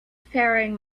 faring